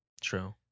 True